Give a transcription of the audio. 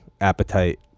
appetite